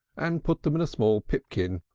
and put them in a small pipkin.